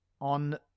on